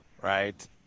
right